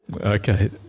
Okay